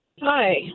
hi